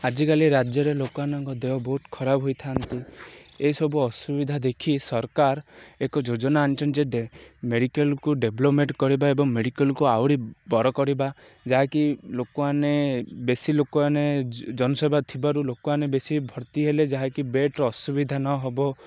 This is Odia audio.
ଆଜିକାଲି ରାଜ୍ୟରେ ଲୋକମାନଙ୍କ ଦେହ ବହୁତ ଖରାପ ହୋଇଥାନ୍ତି ଏହିସବୁ ଅସୁବିଧା ଦେଖି ସରକାର ଏକ ଯୋଜନା ଆଣିଛନ୍ତି ଯେ ମେଡ଼ିକାଲ୍କୁ ଡ଼େଭଲପମେଣ୍ଟ୍ କରିବା ଏବଂ ମେଡ଼ିକାଲ୍କୁ ଆହୁରି ବର କରିବା ଯାହାକି ଲୋକମାନେ ବେଶୀ ଲୋକମାନେ ଜନସେବା ଥିବାରୁ ଲୋକମାନେ ବେଶୀ ଭର୍ତ୍ତି ହେଲେ ଯାହାକି ବେଡ଼୍ର ଅସୁବିଧା ନହେବ